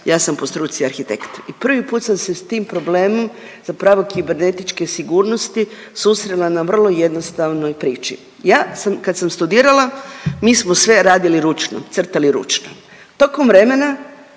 ja sam po struci arhitekt i prvi put sam se s tim problemom zapravo kibernetičke sigurnosti susrela na vrlo jednostavnoj priči. Ja sam kad sam studirala mi smo sve radili ručno, crtali ručno, tokom vremena